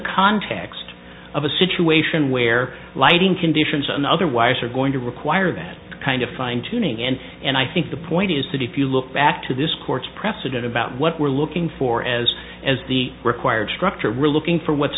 context of a situation where lighting conditions and other wires are going to require that kind of fine tuning in and i think the point is that if you look back to this court's precedent about what we're looking for as the required structure relooking for what's